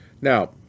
Now